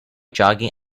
jogging